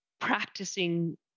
practicing